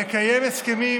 לקיים הסכמים